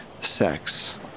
sex